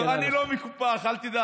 לא, אני לא מקופח, אל תדאג.